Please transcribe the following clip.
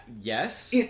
Yes